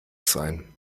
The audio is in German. sein